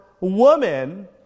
woman